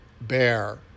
bear